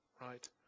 right